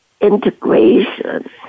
integration